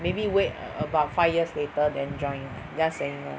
maybe wait about five years later than join lah just saying lah